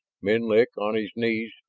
menlik, on his knees,